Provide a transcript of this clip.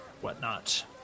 whatnot